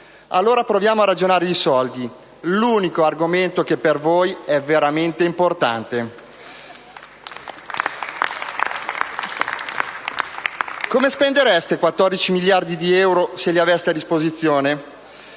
Allora proviamo a ragionare in soldi: l'unico argomento che per voi è veramente importante. *(Applausi dal Gruppo M5S)*. Come spendereste 14 miliardi di euro se li aveste a disposizione?